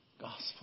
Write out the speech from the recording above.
gospel